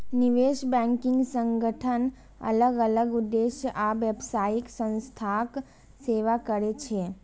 निवेश बैंकिंग संगठन अलग अलग उद्देश्य आ व्यावसायिक संस्थाक सेवा करै छै